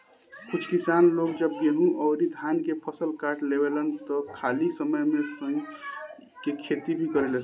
कुछ किसान लोग जब गेंहू अउरी धान के फसल काट लेवेलन त खाली समय में सनइ के खेती भी करेलेन